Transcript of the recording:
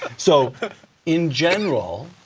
so in general,